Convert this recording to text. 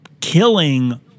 killing